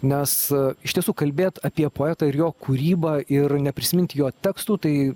nes iš tiesų kalbėt apie poetą ir jo kūrybą ir neprisimint jo tekstų tai